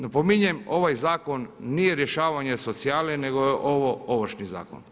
Napominjem, ovaj zakon nije rješavanje socijale nego je ovo Ovršni zakon.